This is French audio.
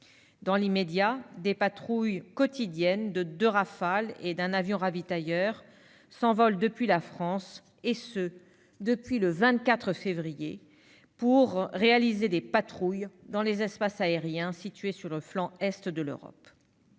le 24 février, des patrouilles quotidiennes de deux Rafale et d'un avion ravitailleur s'envolent depuis la France pour réaliser des patrouilles dans les espaces aériens situés sur le flanc Est de l'Europe.